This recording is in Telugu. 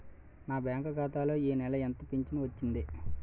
నా బ్యాంక్ ఖాతా లో ఈ నెల ఎంత ఫించను వచ్చింది?